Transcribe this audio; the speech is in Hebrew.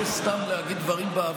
אני לא רוצה להגיד סתם דברים באוויר,